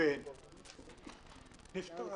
בן שנפטר